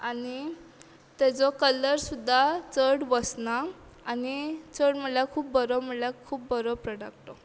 आनी तेजो कलर सुद्दां चड वसना आनी चड म्हळ्ळ्या खूब बरो म्हळ्ळ्या खूब बरो प्रोडक्ट तो